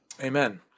Amen